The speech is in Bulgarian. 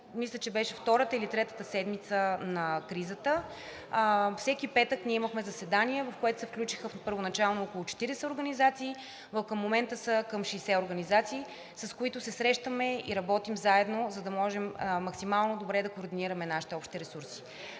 мисля, че беше втората или третата седмица на кризата (шум и реплики от ГЕРБ-СДС), всеки петък ние имахме заседание, в което се включиха първоначално около 40 организации, към момента са към 60 организации, с които се срещаме и работим заедно, за да може максимално добре да координираме нашите общи ресурси.